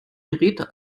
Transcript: geräte